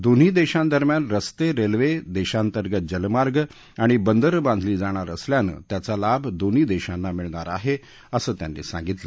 दोन्ही देशांदरम्यान रस्ते रेल्वे देशांतर्गत जलमार्ग आणि बंदरं बांधली जाणार असल्यानं त्याचा लाभ दोन्ही देशांना मिळणार आहे असं त्यांनी सांगितलं